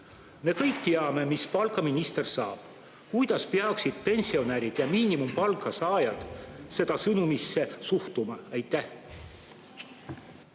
Me kõik teame, mis palka minister saab. Kuidas peaksid pensionärid ja miinimumpalga saajad sellesse sõnumisse suhtuma?